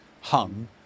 hung